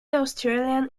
australian